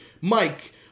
Mike